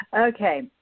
Okay